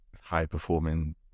high-performing